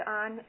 on